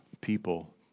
people